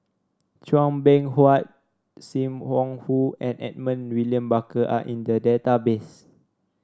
Chua Beng Huat Sim Wong Hoo and Edmund William Barker are in the database